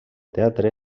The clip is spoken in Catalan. teatre